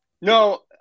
No